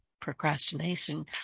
procrastination